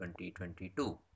2022